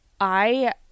I-